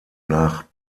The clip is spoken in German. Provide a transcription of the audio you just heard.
nach